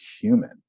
human